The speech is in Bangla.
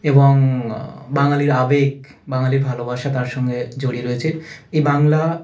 এবং বাঙালির আবেগ বাঙালির ভালোবাসা তার সঙ্গে জড়িয়ে রয়েছে এই বাংলা